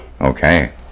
Okay